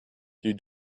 die